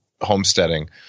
homesteading